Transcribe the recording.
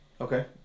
Okay